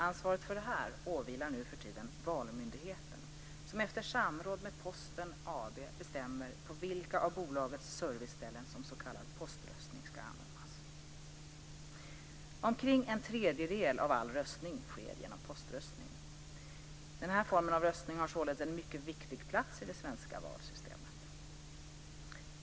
Ansvaret för detta åvilar nuförtiden Valmyndigheten, som efter samråd med Omkring en tredjedel av all röstning sker genom poströstning. Denna form av röstning har således en mycket viktig plats i det svenska valsystemet.